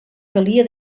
calia